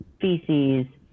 feces